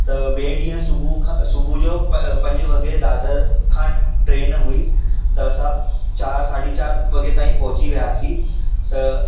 त ॿिए ॾींहुं सुबुह खां सुबुह जो पंजे वॻे दादर खां ट्रेन हुई त असां चार साढी चार वॻे ताईं पहुची वयासीं त